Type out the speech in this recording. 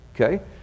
Okay